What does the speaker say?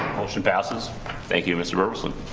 motion passes thank you mr. breslin